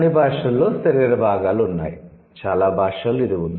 అన్ని భాషలలో శరీర భాగాలు ఉన్నాయి చాలా భాషలలో ఇది ఉంది